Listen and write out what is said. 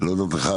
להודות לך,